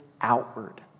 outward